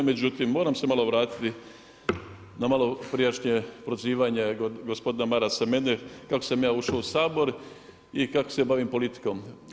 Međutim moram se malo vratiti na malo prijašnje prozivanje gospodina Marasa, mene kako sam ja ušao u Sabor i kako se bavim politikom.